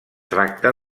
tracta